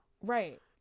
Right